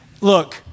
look